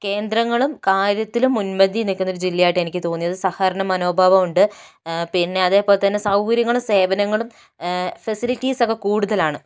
കേന്ദ്രങ്ങളും കാര്യത്തിൽ മുൻപന്തിയിൽ നിൽക്കുന്ന ഒരു ജില്ലയായിട്ട് എനിക്ക് തോന്നിയത് സഹകരണ മനോഭാവം ഉണ്ട് പിന്നെ അതേ പോലെ തന്നെ സൗകര്യങ്ങളും സേവനങ്ങളും ഫെസിലിറ്റീസ് ഒക്കെ കൂടുതലാണ്